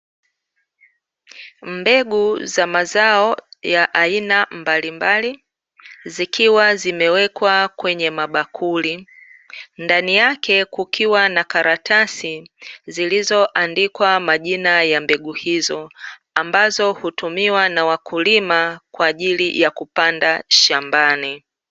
Mbegu za mazao ya aina mbalimbali, zikiwa zimewekwa kwenye mabakuli, ndani yake kukiwa na karatasi zilizoandikwa majina ya mbegu hizo, ambazo hutumiwa na wakulima kwa ajili ya kupanda shambani.